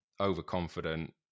overconfident